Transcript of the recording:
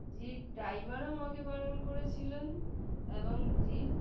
zip ড্রাইভারও আমাকে বারণ করেছিলেন এবং জিম